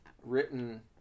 written